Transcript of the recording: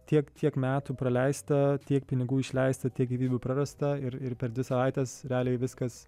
tiek tiek metų praleista tiek pinigų išleista tiek gyvybių prarasta ir ir per dvi savaites realiai viskas